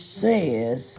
says